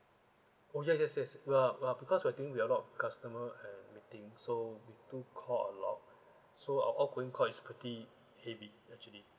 oh yes yes yes ya ya because we're thinking we've a lot customer and meeting so we do call a lot so our outgoing call is pretty heavy actually